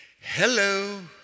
Hello